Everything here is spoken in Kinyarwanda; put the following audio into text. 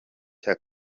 cya